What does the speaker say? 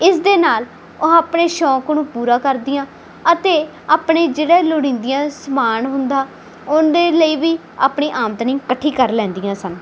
ਇਸਦੇ ਨਾਲ ਉਹ ਆਪਣੇ ਸ਼ੌਂਕ ਨੂੰ ਪੂਰਾ ਕਰਦੀਆਂ ਅਤੇ ਆਪਣੇ ਜਿਹੜੇ ਲੋੜੀਂਦੀਆਂ ਸਮਾਨ ਹੁੰਦਾ ਉਨ ਦੇ ਲਈ ਵੀ ਆਪਣੀ ਆਮਦਨੀ ਕੱਠੀ ਕਰ ਲੈਂਦੀਆਂ ਸਨ